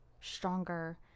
stronger